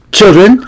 children